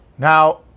Now